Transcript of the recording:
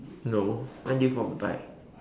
no when did you fall off the bike